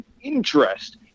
interest